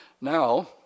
Now